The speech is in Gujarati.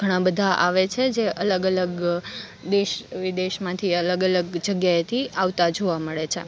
ઘણાં બધાં આવે છે જે અલગ અલગ દેશ વિદેશમાંથી અલગ અલગ જગ્યાએથી આવતાં જોવા મળે છે